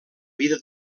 vida